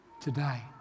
today